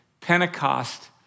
Pentecost